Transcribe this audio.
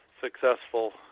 successful